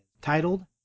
titled